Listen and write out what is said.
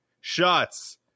shots